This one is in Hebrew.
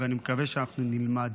ואני מקווה שאנחנו נלמד,